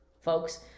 folks